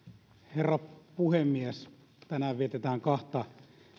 herra puhemies tänään vietetään kahta